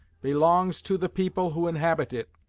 belongs to the people who inhabit it.